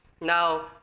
Now